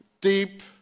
deep